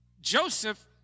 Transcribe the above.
Joseph